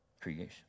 creation